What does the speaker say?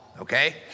okay